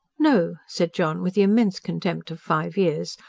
no! said john with the immense contempt of five years.